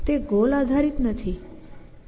તે ગોલ આધારિત નથી